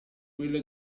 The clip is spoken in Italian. quella